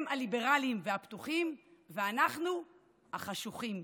הם הליברלים והפתוחים, ואנחנו החשוכים.